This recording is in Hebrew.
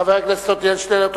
חבר הכנסת עתניאל שנלר.